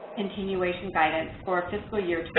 continuation guidance for fiscal year two but